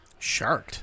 Sharked